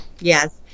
yes